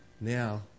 now